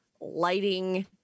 lighting